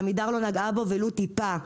ועמידר לא נגעה בו ולו טיפה.